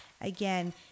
Again